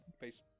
Peace